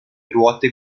ruote